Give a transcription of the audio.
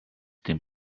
dem